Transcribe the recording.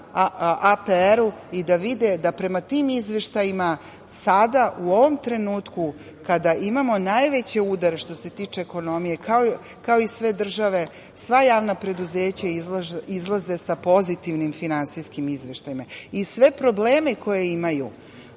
i da vide da prema tim izveštajima sada u ovom trenutku kada imamo najveći udar što se tiče ekonomije, kao i sve države, sva javna preduzeća izlaze sa pozitivnim finansijskim izveštajima. I sve probleme koje imaju